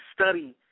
study